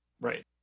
Right